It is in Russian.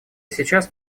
сейчас